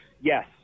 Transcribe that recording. yes